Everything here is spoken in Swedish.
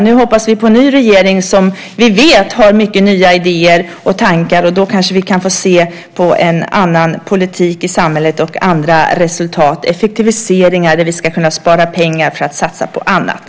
Nu hoppas vi på en ny regering, som vi vet har mycket nya idéer och tankar, och då kanske vi kan få se på en annan politik i samhället och andra resultat - effektiviseringar som kan göra att vi sparar pengar för att satsa dem på annat.